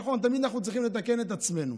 נכון, תמיד אנחנו צריכים לתקן את עצמנו,